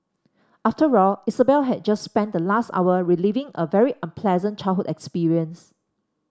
after all Isabel had just spent the last hour reliving a very unpleasant childhood experience